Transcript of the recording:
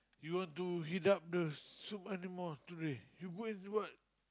you want to heat up the soup anymore today you go and what